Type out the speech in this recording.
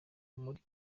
muri